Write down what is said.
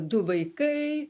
du vaikai